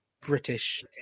British